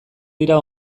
dira